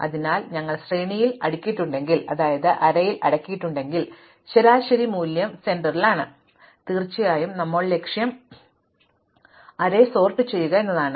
അതിനാൽ ഞങ്ങൾ ശ്രേണി അടുക്കിയിട്ടുണ്ടെങ്കിൽ ശരാശരി മൂല്യം മധ്യ മൂല്യമാണ് പക്ഷേ തീർച്ചയായും ഇപ്പോൾ ഞങ്ങളുടെ ലക്ഷ്യം അറേ അടുക്കുക എന്നതാണ്